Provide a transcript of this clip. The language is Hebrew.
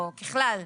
או ככלל.